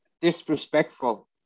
disrespectful